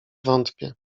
wątpię